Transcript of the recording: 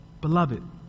Beloved